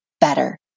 better